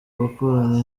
gukurana